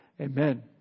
Amen